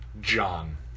John